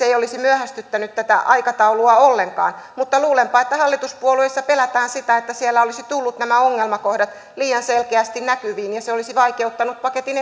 ei olisi myöhästyttänyt tätä aikataulua ollenkaan mutta luulenpa että hallituspuolueissa pelätään sitä että siellä olisivat tulleet nämä ongelmakohdat liian selkeästi näkyviin ja se olisi vaikeuttanut paketin